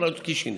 על פרעות קישינב.